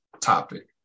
topic